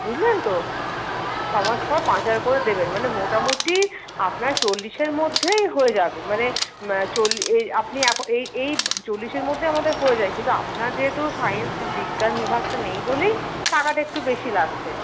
বুঝলেন তো ছমাস পর পাঁচ হাজার করে দেবেন মানে মোটামুটি আপনার চল্লিশের মধ্যেই হয়ে যাবে মানে আপনি এখন এই এই চল্লিশের মধ্যেই আমাদের হয়ে যায় কিন্তু আপনার যেহেতু সায়েন্স বিজ্ঞান বিভাগটা নেই বলেই টাকাটা একটু বেশি লাগছে